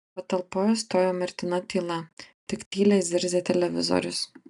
patalpoje stojo mirtina tyla tik tyliai zirzė televizorius